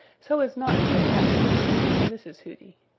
so as not to attract the attention of mrs. hooty.